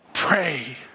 Pray